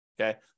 okay